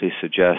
suggest